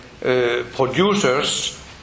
producers